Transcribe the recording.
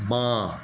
বাঁ